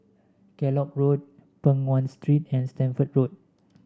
Kellock Road Peng Nguan Street and Stamford Road